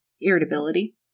irritability